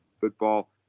football